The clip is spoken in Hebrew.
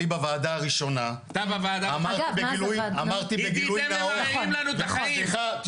אני בוועדה הראשונה אמרתי בגילוי נאות -- נכון.